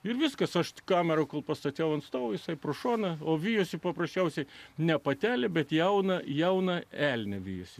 ir viskas aš kamerą kol pastačiau ant stalo jisai pro šoną o vijosi paprasčiausiai ne patelę bet jauną jauną elnią vis